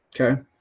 okay